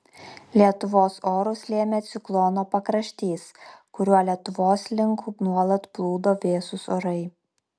lietuvos orus lėmė ciklono pakraštys kuriuo lietuvos link nuolat plūdo vėsūs orai